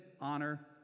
honor